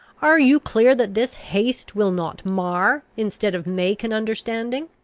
are you clear that this haste will not mar, instead of make an understanding?